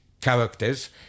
characters